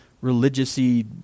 religious-y